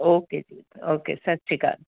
okay ਜੀ okay ਸਤਿ ਸ਼੍ਰੀ ਅਕਾਲ